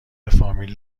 فامیل